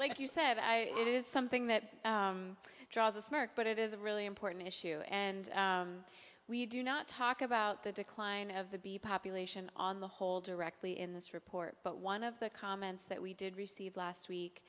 think you said i it is something that draws a smirk but it is a really important issue and we do not talk about the decline of the bee population on the whole directly in this report but one of the comments that we did receive last week